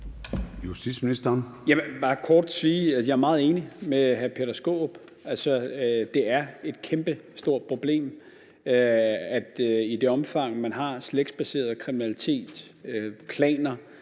jeg er meget enig med hr. Peter Skaarup. Altså, det er et kæmpestort problem med slægtsbaseret kriminalitet – klaner,